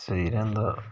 स्हेई रैंह्दा